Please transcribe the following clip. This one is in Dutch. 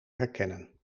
herkennen